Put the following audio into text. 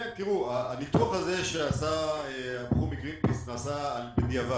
הניתוח הזה שעשה הבחור מגרינפיס נעשה בדיעבד.